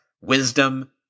wisdom